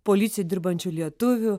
policijoj dirbančių lietuvių